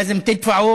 שוב ערבית?